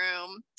room